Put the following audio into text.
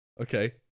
Okay